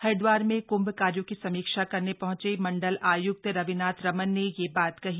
हरिद्वार में कुम्भ कार्यो की समीक्षा करने हंचे मंडल आयुक्त रविनाथ रमन ने यह बात कही